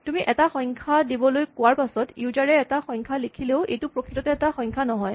তুমি এটা সংখ্যা দিবলৈ কোৱাৰ পাচত ইউজাৰ এ এটা সংখ্যা লিখিলেও এইটো প্ৰকৃততে এটা সংখ্যা নহয়